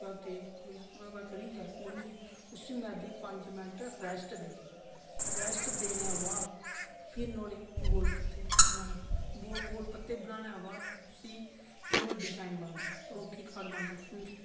तेल ओह्दे बाद गुन्नियै उसी मैदे गी पंज मिन्ट रैस्ट करनी रैस्ट देने दे बाद फिर् नुआढ़े गोल पत्ते बनाने गोल पत्ते बनाने दे बाद उसी नुआढ़े डिजाइन बनदे मिटीकाड बनदा